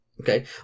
Okay